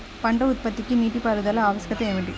పంట ఉత్పత్తికి నీటిపారుదల ఆవశ్యకత ఏమి?